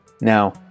Now